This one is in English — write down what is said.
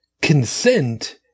consent